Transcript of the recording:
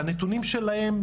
שהנתונים שלהם,